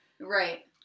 right